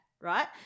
right